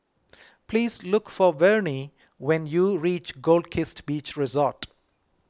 please look for Vernie when you reach Goldkist Beach Resort